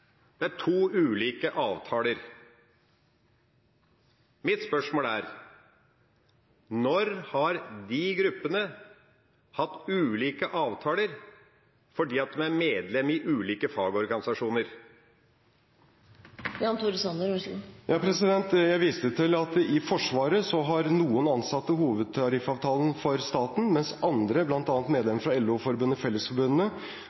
Det er to ulike avtaler. Mitt spørsmål er: Når har de gruppene hatt ulike avtaler fordi de er medlem i ulike fagorganisasjoner? Jeg viste til at i Forsvaret har noen ansatte hovedtariffavtalen i staten, mens andre,